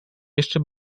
jeszcze